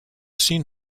seen